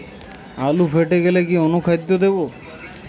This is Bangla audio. আলু ফেটে গেলে কি অনুখাদ্য দেবো?